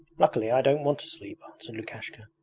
luckily i don't want to sleep answered lukashka.